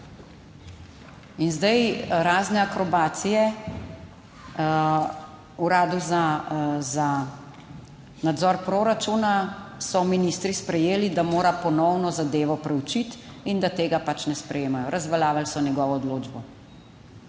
In zdaj razne akrobacije Uradu za nadzor proračuna, so ministri sprejeli, da mora ponovno zadevo preučiti in da tega pač ne sprejemajo, razveljavili so njegovo odločbo.